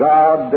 God